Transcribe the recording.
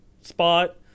spot